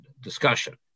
discussion